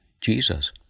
Jesus